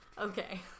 Okay